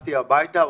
הלכתי הביתה,